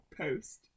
Post